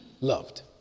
loved